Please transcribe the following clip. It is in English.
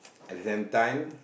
exam time